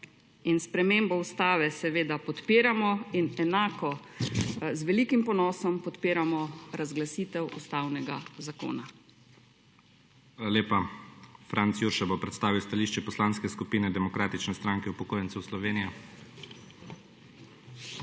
spremembo ustave seveda podpiramo in enako z velikim ponosom podpiramo razglasitev ustavnega zakona. PREDSEDNIK IGOR ZORČIČ: Hvala lepa. Franc Jurša bo predstavil stališče Poslanske skupine Demokratične stranke upokojencev Slovenije. FRANC